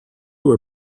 were